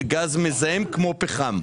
גז מזהם, כמו פחם.